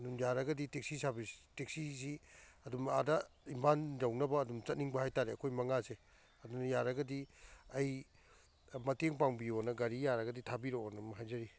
ꯑꯗꯨꯝ ꯌꯥꯔꯒꯗꯤ taxi service ꯇꯦꯛꯁꯤꯁꯤ ꯑꯗꯨꯝ ꯑꯥꯗ ꯏꯝꯐꯥꯜ ꯌꯧꯅꯕ ꯑꯗꯨꯝ ꯆꯠꯅꯤꯡꯕ ꯍꯥꯏꯇꯔꯦ ꯑꯩꯈꯣꯏ ꯃꯉꯥꯁꯦ ꯑꯗꯨꯅ ꯌꯥꯔꯒꯗꯤ ꯑꯩ ꯃꯇꯦꯡ ꯄꯥꯡꯕꯤꯌꯣꯅ ꯒꯥꯔꯤ ꯌꯥꯔꯒꯗꯤ ꯊꯥꯕꯤꯔꯛꯑꯣꯅ ꯍꯥꯏꯖꯔꯤ